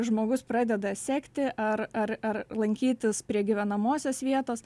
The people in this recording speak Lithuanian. žmogus pradeda sekti ar ar ar lankytis prie gyvenamosios vietos